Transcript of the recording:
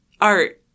Art